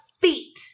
feet